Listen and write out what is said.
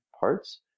parts